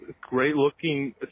great-looking